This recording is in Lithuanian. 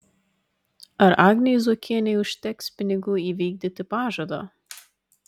ar agnei zuokienei užteks pinigų įvykdyti pažadą